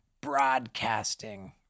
broadcasting